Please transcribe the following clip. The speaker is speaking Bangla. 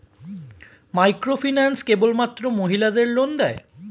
মাইক্রোফিন্যান্স কেবলমাত্র মহিলাদের লোন দেয়?